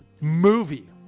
movie